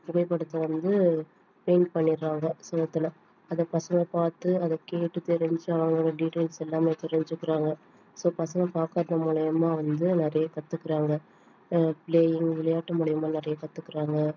புகைப்படத்தை வந்து பெயிண்ட் பண்ணிடுறாங்க சுவத்துல அதை பசங்க பார்த்து அதைக் கேட்டு தெரிஞ்சால் அவங்களோட டீடைல்ஸ் எல்லாமே தெரிஞ்சிக்கிறாங்க ஸோ பசங்க பார்க்குறது மூலிமா வந்து நிறைய கற்றுக்குறாங்க பிள்ளைங்களை விளையாட்டு மூலிமா நிறைய கற்றுக்குறாங்க